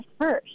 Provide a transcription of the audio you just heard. first